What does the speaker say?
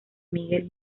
miguel